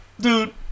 dude